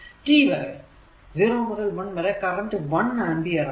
0 മുതൽ 1 വരെ current 1 ampere ആണ്